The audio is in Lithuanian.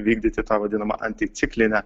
vykdyti tą vadinamą anticiklinę